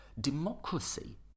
democracy